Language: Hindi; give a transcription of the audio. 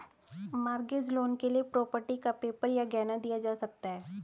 मॉर्गेज लोन के लिए प्रॉपर्टी का पेपर या गहना दिया जा सकता है